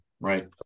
right